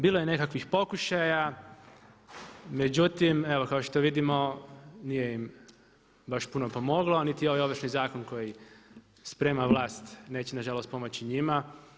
Bilo je nekakvih pokušaja, međutim evo kao što vidimo nije im baš puno pomoglo, niti je ovaj Ovršni zakon koji sprema vlast neće nažalost pomoći njima.